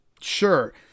sure